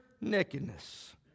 nakedness